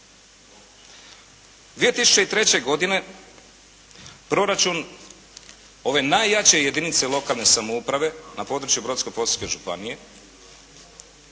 2003. godine proračun ove najjače jedinice lokalne samouprave na području Brodsko-posavske županije